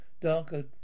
darker